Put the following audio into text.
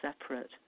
separate